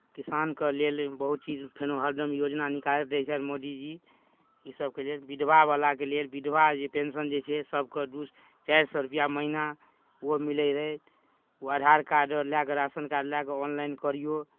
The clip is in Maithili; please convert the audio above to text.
किसान के लेल बहुत चीज फेनो हरदम योजना निकालैत रहै छथि मोदीजी ई सभके लेल विधवावलाके लेल विधवा जे पेंशन जे छै सभके दू चारि सए रुपैआ महीना ओहो मिलै रहय ओ आधार कार्ड लए कऽ राशन कार्ड लए कऽ ऑनलाइन करिऔ